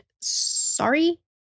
sorry